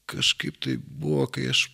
kažkaip tai buvo kai aš